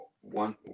one